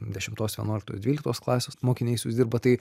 dešimtos vienuoliktos dvyliktos klasės mokiniais jūs dirbat tai